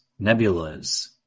nebulas